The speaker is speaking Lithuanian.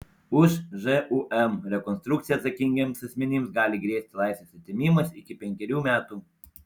už žūm rekonstrukciją atsakingiems asmenims gali grėsti laisvės atėmimas iki penkerių metų